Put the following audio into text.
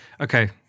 Okay